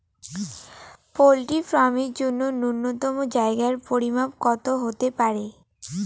Poultry farm এর জন্য নূন্যতম জায়গার পরিমাপ কত হতে পারে?